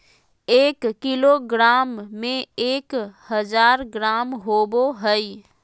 एक किलोग्राम में एक हजार ग्राम होबो हइ